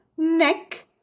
Neck